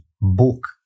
book